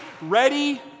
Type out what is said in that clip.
Ready